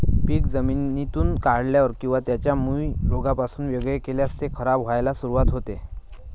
पीक जमिनीतून काढल्यावर किंवा त्याच्या मूळ रोपापासून वेगळे केल्यास ते खराब व्हायला सुरुवात होते